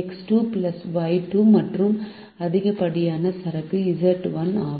X 2 Y 2 மற்றும் அதிகப்படியான சரக்கு Z1 ஆகும்